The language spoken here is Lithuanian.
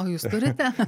o jūs turite